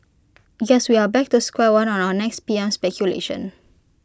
guess we are back to square one on our next P M speculation